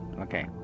Okay